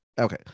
Okay